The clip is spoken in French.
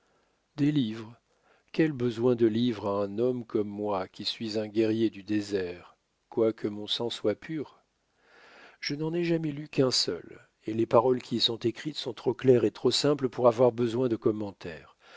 des livres quel besoin de livres a un homme comme moi qui suis un guerrier du désert quoique mon sang soit pur je n'en ai jamais lu qu'un seul et les paroles qui y sont écrites sont trop claires et trop simples pour avoir besoin de commentaire